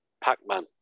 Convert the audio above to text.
Pac-Man